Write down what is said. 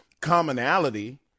commonality